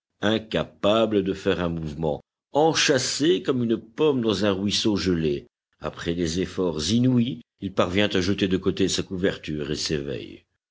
incapable de faire un mouvement enchâssé comme une pomme dans un ruisseau gelé après des efforts inouïs il parvient à jeter de côté sa couverture et s'éveille